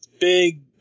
big